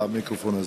המיקרופון הזה.